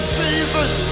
season